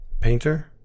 painter